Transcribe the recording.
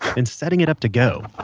and setting it up to go.